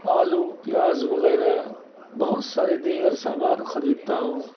آلو پیاز وغیرہ بہت سارے دیگر سامان خریدتا ہوں